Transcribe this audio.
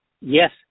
yes